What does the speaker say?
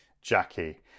Jackie